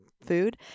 food